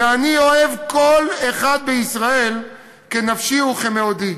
ואני אוהב כל אחד בישראל כנפשי וכמאודי.